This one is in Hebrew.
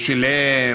הוא שילם,